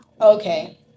Okay